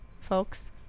folks